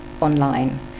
online